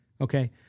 Okay